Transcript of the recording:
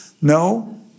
No